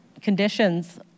conditions